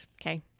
Okay